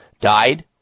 died